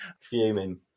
Fuming